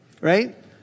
right